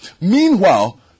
Meanwhile